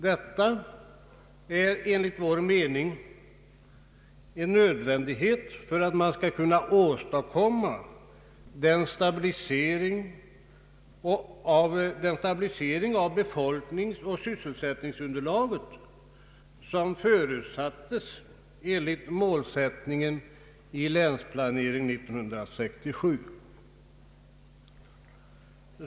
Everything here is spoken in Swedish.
Detta är enligt vår mening en nödvändighet för att man skall kunna åstadkomma den stabilisering av befolkningsoch sysselsättningsunderlaget som förutsattes i målsättningen i Länsplanering 1967.